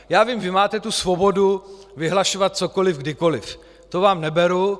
Já vím, vy máte svobodu vyhlašovat cokoliv kdykoliv, to vám neberu.